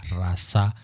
rasa